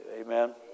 Amen